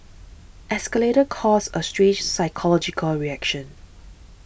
escalators cause a strange psychological reaction